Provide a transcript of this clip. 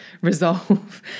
resolve